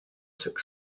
took